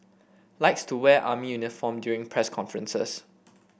likes to wear army uniform during press conferences